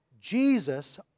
Jesus